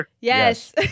Yes